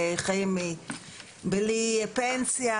חיים בלי פנסיה,